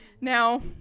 Now